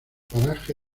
paraje